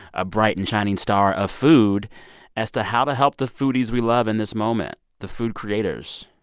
a bright and shining star of food as to how to help the foodies we love in this moment, the food creators?